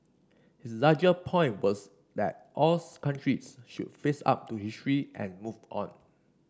his larger point was that all countries should face up to history and move on